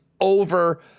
over